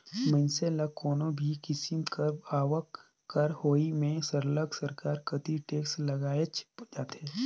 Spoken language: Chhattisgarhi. मइनसे ल कोनो भी किसिम कर आवक कर होवई में सरलग सरकार कती टेक्स लगाएच जाथे